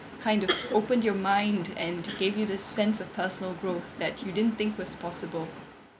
kind of open your mind and gave you the sense of personal growth that you didn't think was possible